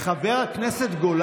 חבר הכנסת גולן.